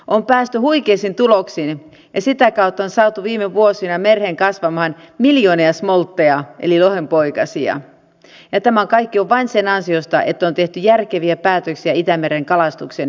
on päästy huikeisiin tuloksiin ja sitä kautta on saatu viime vuosina mereen kasvamaan miljoonia smoltteja eli lohenpoikasia ja tämä kaikki on vain sen ansiota että on tehty järkeviä päätöksiä itämeren kalastuksen osalta